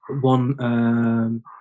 one